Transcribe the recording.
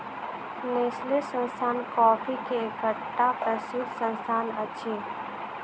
Nestle संस्थान coffee के एकटा प्रसिद्ध संस्थान अछि